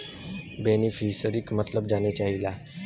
बेनिफिसरीक मतलब जाने चाहीला?